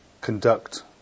conduct